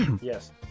Yes